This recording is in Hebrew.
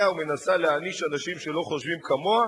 ומנסה להעניש אנשים שלא חושבים כמוה,